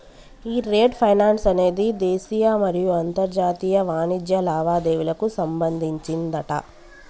ఈ trade finance అనేది దేశీయ మరియు అంతర్జాతీయ వాణిజ్య లావాదేవీలకు సంబంధించిందట